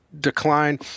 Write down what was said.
Decline